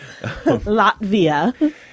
Latvia